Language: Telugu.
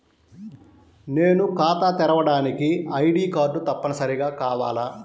నేను ఖాతా తెరవడానికి ఐ.డీ కార్డు తప్పనిసారిగా కావాలా?